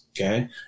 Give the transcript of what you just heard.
Okay